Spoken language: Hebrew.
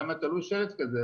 למה תלו שלט כזה,